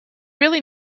really